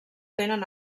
tenen